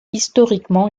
historiquement